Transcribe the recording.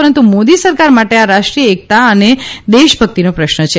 પરંતુ મોદી સરકાર માટે આ રાષ્ટ્રીય એકતા અને દેશભકિતનો પ્રશ્ન છે